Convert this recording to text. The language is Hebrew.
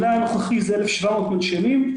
המלאי הנוכחי 1,700 מנשמים,